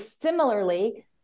Similarly